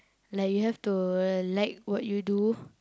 like you have to like what you do